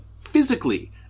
physically